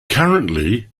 currently